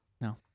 No